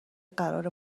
قرار